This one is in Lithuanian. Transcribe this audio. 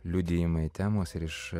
liudijimai temos ir iš